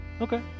Okay